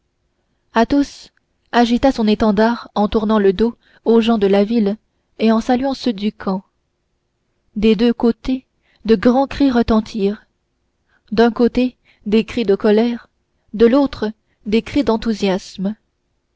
toucha athos agita son étendard en tournant le dos aux gens de la ville et en saluant ceux du camp des deux côtés de grands cris retentirent d'un côté des cris de colère de l'autre des cris d'enthousiasme